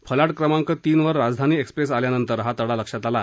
फलाट क्रमांक तीन वर राजधानी एक्सप्रेस आल्यानंतर हा तडा लक्षात आला